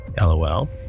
LOL